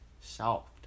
soft